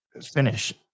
finish